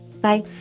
Bye